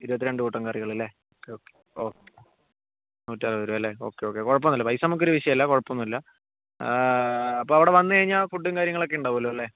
ഇരുപത്തിരണ്ട് കൂട്ടം കറികൾ അല്ലെ ഓക്കേ ഓക്കേ ഓക്കേ നൂറ്റിയറുപത് രൂപ അല്ലെ ഓക്കേ ഓക്കേ കുഴപ്പമൊന്നുമില്ല പൈസ നമുക്ക് ഒരു വിഷയം അല്ല കുഴപ്പമൊന്നുമില്ല അപ്പോൾ അവിടെ വന്ന് കഴിഞ്ഞാൽ ഫുഡും കാര്യങ്ങളുമൊക്കെ ഉണ്ടാവൂലോ അല്ലെ